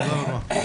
תודה רבה.